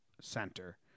center